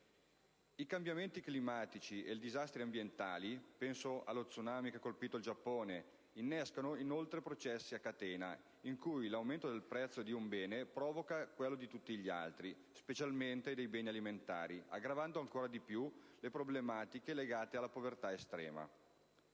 I cambiamenti climatici e i disastri ambientali - penso allo tsunami che ha colpito il Giappone - innescano inoltre processi a catena in cui l'aumento del prezzo di un bene provoca quello di tutti gli altri, specialmente dei beni alimentari, aggravando ancora di più le problematiche legate alla povertà estrema.